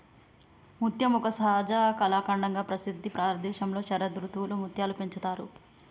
ముత్యం ఒక సహజ కళాఖండంగా ప్రసిద్ధి భారతదేశంలో శరదృతువులో ముత్యాలు పెంచుతారు